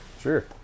Sure